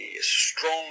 strong